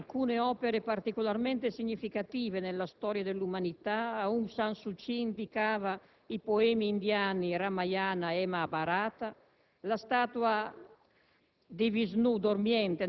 Richiesta di indicare alcune opere particolarmente significative nella storia dell'umanità, Aung San Suu Kyi indicava i poemi indiani Ramayana e Mahabharata, la statua